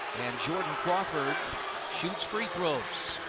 jordan crawford shoots free throws.